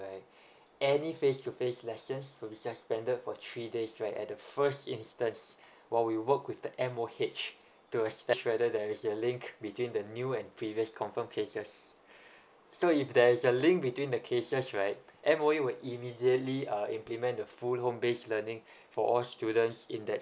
right any face to face lessons to be suspended for three days right at the first instance while we work with the M_O_H to inspect whether there is a link between the new and previous confirm cases so if there is a link between the cases right M_O_E would immediately uh implement the full home based learning for all students in that